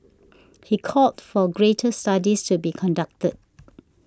he called for greater studies to be conducted